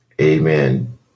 Amen